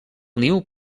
niu